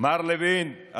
מר לוין,